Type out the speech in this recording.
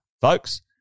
folks